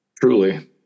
Truly